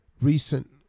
recent